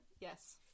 Yes